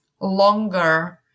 longer